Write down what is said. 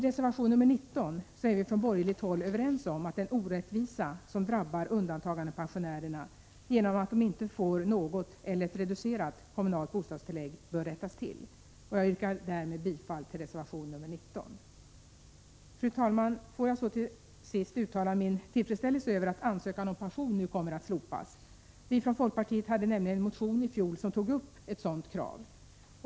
I reservation 19 är vi från borgerligt håll överens om att den orättvisa som drabbar undantagandepensionärerna genom att de inte får något eller ett reducerat kommunalt bostadstillägg bör rättas till. Jag yrkar därmed bifall till reservation 19. Fru talman! Får jag så uttala min tillfredsställelse över att ansökan om pension nu kommer att slopas. Vi från folkpartiet lade nämligen fram en motion i fjol som tog upp ett sådant krav.